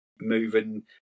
moving